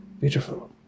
beautiful